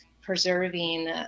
preserving